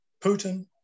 Putin